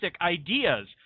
ideas